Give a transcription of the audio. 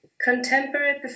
Contemporary